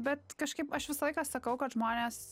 bet kažkaip aš visą laiką sakau kad žmonės